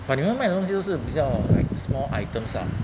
but 你们卖东西都是比较 like small items ah